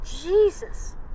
Jesus